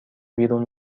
بیرون